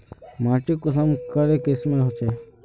माटी कुंसम करे किस्मेर होचए?